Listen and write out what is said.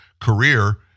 career